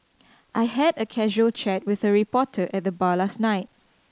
I had a casual chat with a reporter at the bar last night